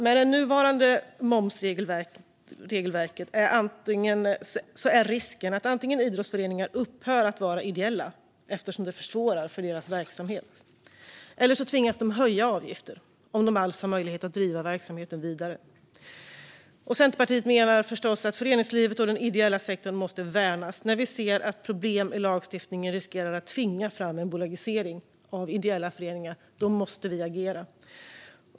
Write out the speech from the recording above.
Med det nuvarande momsregelverket finns det en risk att idrottsföreningar antingen upphör att vara ideella eftersom det försvårar deras verksamhet, eller tvingas höja avgifter, om de alls har möjlighet att driva verksamheten vidare. Centerpartiet menar förstås att föreningslivet och den ideella sektorn måste värnas. När vi ser att problem i lagstiftningen riskerar att tvinga fram en bolagisering av ideella föreningar måste vi agera.